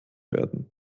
werden